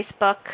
Facebook